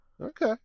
Okay